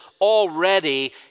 already